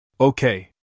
Okay